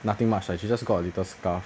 nothing much lah she just got a little scar